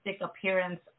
appearance